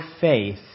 faith